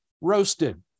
roasted